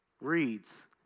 reads